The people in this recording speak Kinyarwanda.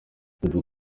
bebe